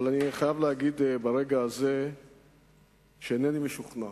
אבל אני חייב להגיד שאינני משוכנע